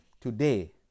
today